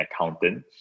accountant